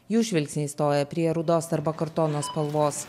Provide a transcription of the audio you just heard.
jų žvilgsniai stoja prie rudos arba kartono spalvos